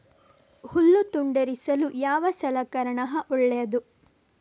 ಹುಲ್ಲು ತುಂಡರಿಸಲು ಯಾವ ಸಲಕರಣ ಒಳ್ಳೆಯದು?